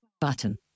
button